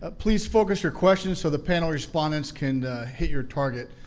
ah please focus your questions so the panel respondents can hit your target.